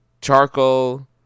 charcoal